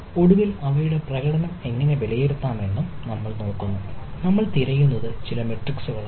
ഒടുവിൽ അവയുടെ പ്രകടനം എങ്ങനെ വിലയിരുത്താം എന്ന് നമ്മൾ നോക്കുന്നു നമ്മൾ തിരയുന്നത് ചില മാട്രിക്സാണ്